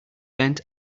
bent